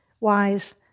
wise